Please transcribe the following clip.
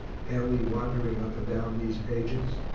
palely wandering up and down these pages?